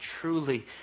truly